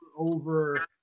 over